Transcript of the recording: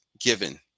given